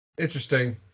Interesting